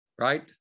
right